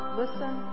listen